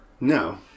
No